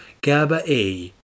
GABA-A